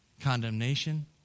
condemnation